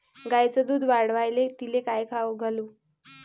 गायीचं दुध वाढवायले तिले काय खाऊ घालू?